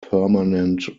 permanent